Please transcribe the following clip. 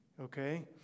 okay